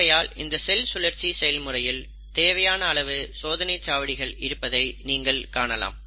ஆகையால் இந்த செல் சுழற்சி செயல்முறையில் தேவையான அளவு சோதனைச்சாவடிகள் இருப்பதை நீங்கள் காணலாம்